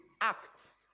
acts